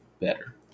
better